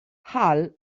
hall